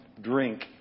drink